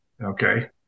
Okay